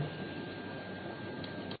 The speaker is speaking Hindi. H M H0H M 2MM